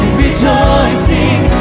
rejoicing